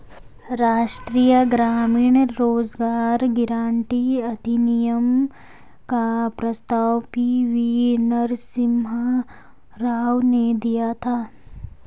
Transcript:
राष्ट्रीय ग्रामीण रोजगार गारंटी अधिनियम का प्रस्ताव पी.वी नरसिम्हा राव ने दिया था